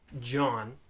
John